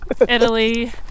italy